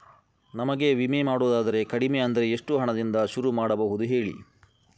ನಮಗೆ ವಿಮೆ ಮಾಡೋದಾದ್ರೆ ಕಡಿಮೆ ಅಂದ್ರೆ ಎಷ್ಟು ಹಣದಿಂದ ಶುರು ಮಾಡಬಹುದು ಹೇಳಿ